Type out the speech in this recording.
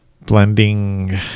blending